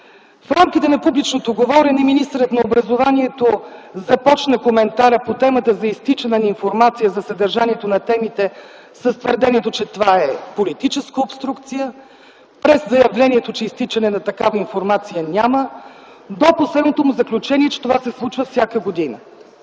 В рамките на публичното говорене министърът на образованието започна коментара по темата за изтичане на информация за съдържанието на темите с твърдението, че това е политическа обструкция, през заявлението, че изтичане на такава информация няма до последното му заключение, че това се случва всяка година.